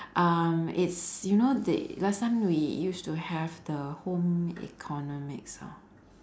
um it's you know the last time we used to have the home economics hor